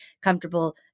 comfortable